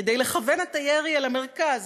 כדי לכוון את הירי אל המרכז,